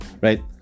right